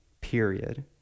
period